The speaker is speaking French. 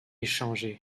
changés